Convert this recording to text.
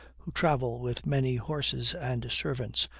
who travel with many horses and servants,